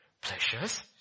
pleasures